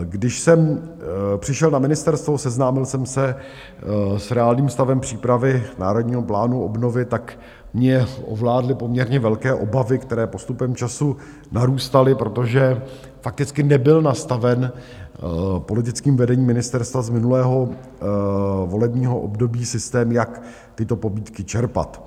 Když jsem přišel na ministerstvo a seznámil jsem se s reálným stavem přípravy Národního plánu obnovy, tak mě ovládly poměrně velké obavy, které postupem času narůstaly, protože fakticky nebyl nastaven politickým vedením ministerstva z minulého volebního období systém, jak tyto pobídky čerpat.